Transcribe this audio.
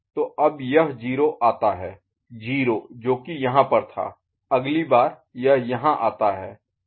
तो अब यह 0 आता है 0 जो कि यहाँ पर था अगली बार यह यहाँ आता है